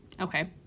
okay